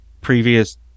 previous